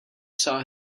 saw